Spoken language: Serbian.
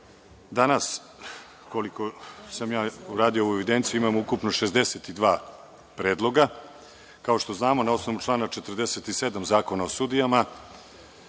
mesta. Danas, koliko sam ja uradio ovu evidenciju, imamo ukupno 62 predloga. Kao što znamo, na osnovu člana 47. Zakona o sudijama,